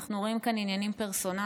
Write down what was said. אנחנו רואים כאן עניינים פרסונליים,